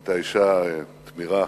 את האשה התמירה,